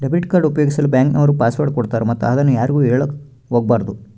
debit card ಉಪಯೋಗಿಸಲು bank ನವರು password ಕೊಡ್ತಾರೆ ಮತ್ತು ಅದನ್ನು ಯಾರಿಗೂ ಹೇಳಕ ಒಗಬಾರದು